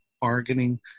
bargaining